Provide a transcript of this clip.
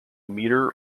meter